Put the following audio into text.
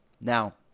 now